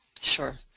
Sure